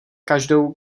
každou